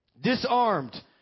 Disarmed